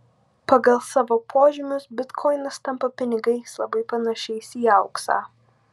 pagal savo požymius bitkoinas tampa pinigais labai panašiais į auksą